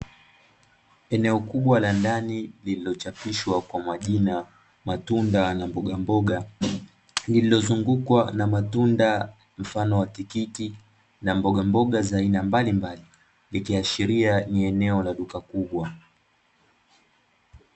Eneo kubwa la ndani lililochapishwa kwa majina matunda na mbogamboga, lililozungukwa na matunda mfano wa tikiti na mbogamboga za aina mbalimbali, ikiashiria ni eneo la duka kubwa.